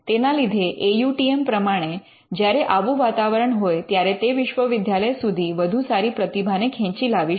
તેના લીધે A U T M પ્રમાણે જ્યારે આવું વાતાવરણ હોય ત્યારે તે વિશ્વવિદ્યાલય સુધી વધુ સારી પ્રતિભા ને ખેંચી લાવી શકે